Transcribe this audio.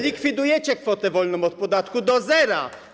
Likwidujecie kwotę wolną od podatku do zera.